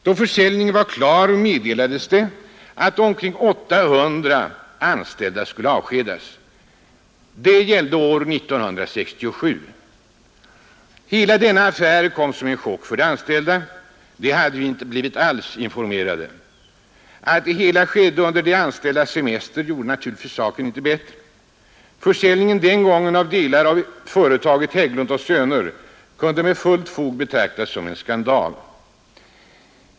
Då försäljningen var klar meddelades det att omkring 800 anställda skulle avskedas. Det var 1967. Hela denna affär kom som en chock för de anställda — de hade ju inte alls blivit informerade. Att det hela skedde under de anställdas semester gjorde naturligtvis inte saken bättre. Försäljningen den gången av delar av företaget Hägglund & Söner kunde med fullt fog betraktas som en skandal.